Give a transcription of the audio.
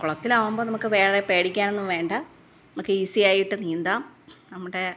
കുളത്തിലാകുമ്പോൾ നമുക്ക് വേറെ പേടിക്കാനൊന്നും വേണ്ടാ നമുക്ക് ഈസിയായിട്ട് നീന്താം നമ്മുടെ